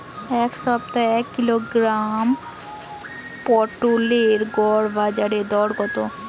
এ সপ্তাহের এক কিলোগ্রাম পটলের গড় বাজারে দর কত?